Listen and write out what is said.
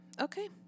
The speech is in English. Okay